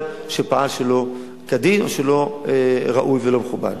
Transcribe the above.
שפעל שלא כדין או שלא ראוי ולא מכובד.